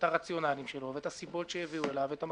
את הסיבות שהביאו אליו ואת הרציונלים שלו,